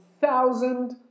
thousand